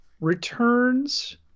returns